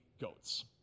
goats